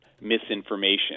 misinformation